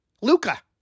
Luca